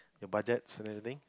your budget and everything